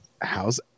how's